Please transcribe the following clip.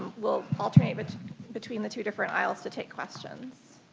we'll alternate but between the two different aisles to take questions.